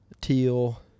Teal